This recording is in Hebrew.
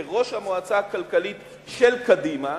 כראש המועצה הכלכלית של קדימה,